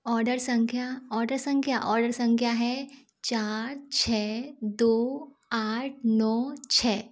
order संख्या order संख्या order संख्या है चार छः दो आठ नौ छः